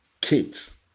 kids